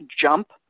jump